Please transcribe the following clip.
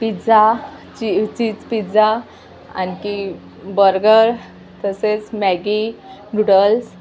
pizza ची cheese pizza आणखी burger तसेच मॅगी नूडल्स